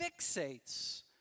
fixates